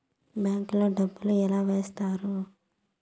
bank లో డబ్బులు ఎలా వేస్తారు